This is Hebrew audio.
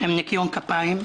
עם ניקיון כפים,